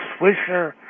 Swisher